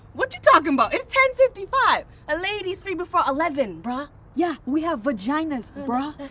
whatchu talking about? it's ten fifty five. ah ladies free before eleven, brah. yeah, we have vaginas brah. that's